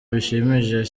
bishimishije